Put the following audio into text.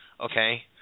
okay